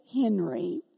Henry